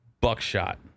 buckshot